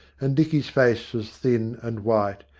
and dicky's face was thin and white,